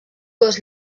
gos